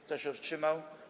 Kto się wstrzymał?